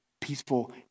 peaceful